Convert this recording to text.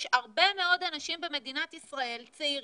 יש הרבה מאוד אנשים במדינת ישראל, צעירים,